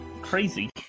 Crazy